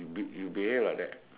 you behave like that